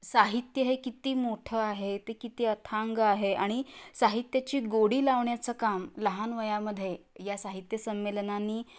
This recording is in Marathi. साहित्य हे किती मोठं आहे ते किती अथांग आहे आणि साहित्याची गोडी लावण्याचं काम लहान वयामध्ये या साहित्य संमेलनांनी